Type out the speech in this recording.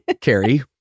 Carrie